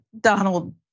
Donald